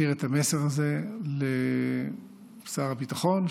אעביר את המסר הזה לשר הביטחון,